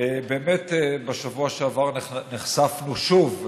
באמת בשבוע שעבר נחשפנו שוב,